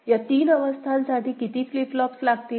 या तीन अवस्थांसाठी किती फ्लिप फ्लॉप्स लागतील